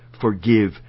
forgive